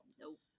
Nope